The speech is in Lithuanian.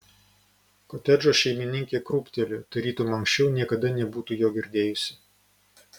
kotedžo šeimininkė krūptelėjo tarytum anksčiau niekada nebūtų jo girdėjusi